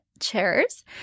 chairs